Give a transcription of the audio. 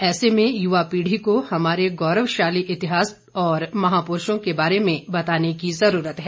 ऐसे में युवा पीढ़ी को हमारे गौरवशाली इतिहास और महापुरुषों के बारे में बताने की जरूरत है